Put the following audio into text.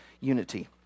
unity